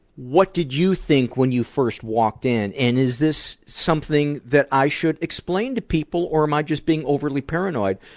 what did you think when you first walked in, and is this something that i should explain to people, or am i just being overly paranoid?